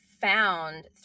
found